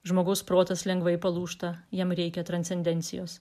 žmogaus protas lengvai palūžta jam reikia transcendencijos